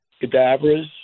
cadavers